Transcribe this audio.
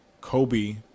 Kobe